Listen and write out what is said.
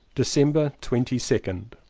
december twenty second.